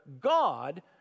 God